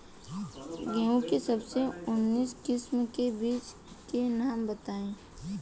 गेहूं के सबसे उन्नत किस्म के बिज के नाम बताई?